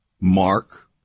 mark